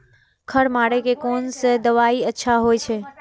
खर मारे के कोन से दवाई अच्छा होय छे?